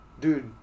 dude